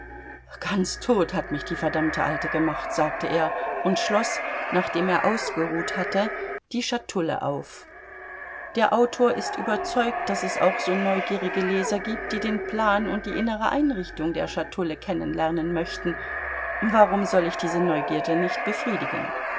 ganz tot hat mich die verdammte alte gemacht sagte er und schloß nachdem er ausgeruht hatte die schatulle auf der autor ist überzeugt daß es auch so neugierige leser gibt die den plan und die innere einrichtung der schatulle kennenlernen möchten warum soll ich diese neugierde nicht befriedigen